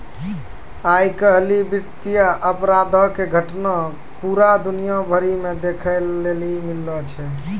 आइ काल्हि वित्तीय अपराधो के घटना पूरा दुनिया भरि मे देखै लेली मिलै छै